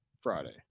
Friday